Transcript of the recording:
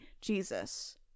Jesus